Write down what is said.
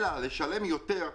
אלא לשלם יותר.